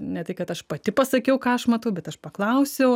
ne tai kad aš pati pasakiau ką aš matau bet aš paklausiau